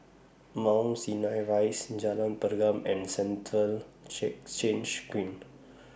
Mount Sinai Rise Jalan Pergam and Central Change Green